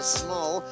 small